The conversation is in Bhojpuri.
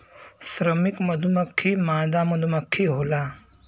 श्रमिक मधुमक्खी मादा मधुमक्खी होला